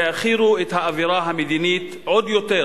העכירו את האווירה המדינית באזור עוד יותר